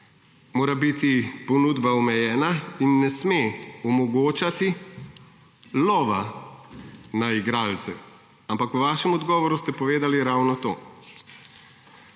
mora biti ponudba omejena in ne sme omogočati lova na igralce. Ampak v svojem odgovoru ste povedali ravno to.